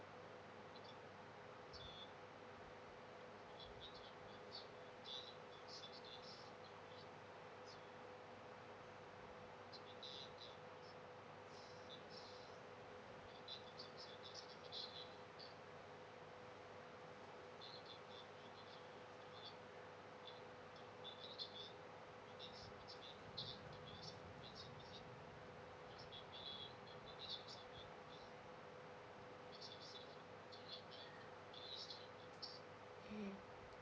mmhmm